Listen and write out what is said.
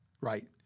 Right